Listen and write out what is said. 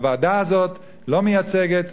הוועדה הזאת לא מייצגת,